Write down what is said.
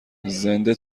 زنده